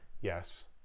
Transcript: yes